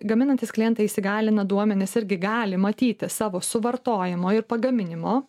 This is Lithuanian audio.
gaminantys klientai įsigalina duomenis irgi gali matyti savo suvartojimo ir pagaminimo